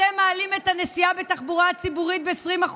אתם מעלים את מחיר הנסיעה בתחבורה הציבורית ב-20%.